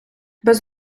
без